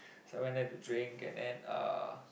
so I went there drink and then uh